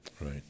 Right